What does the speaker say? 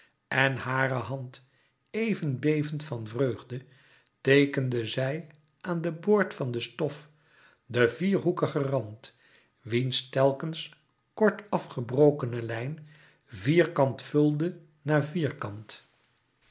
en hare hand éven bevend van vreugde teekende zij aan den boord van de stof den vierhoekigen rand wiens telkens kort af gebrokene lijn vierkant vulde na vierkant